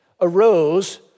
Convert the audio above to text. arose